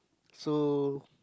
so